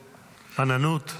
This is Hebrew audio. עננות.